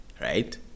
right